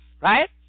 right